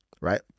right